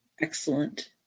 excellent